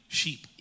sheep